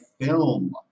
film